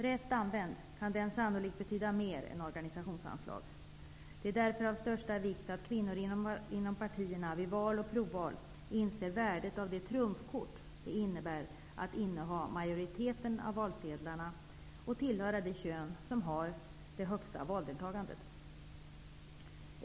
Rätt använd kan den sannolikt betyda mer än organsationsanslag. Det är därför av största vikt att kvinnor inom partierna vid val och provval inser värdet av det trumfkort det innebär att inneha majoriteten av valsedlarna och att tillhöra det kön som har det högsta valdeltagandet.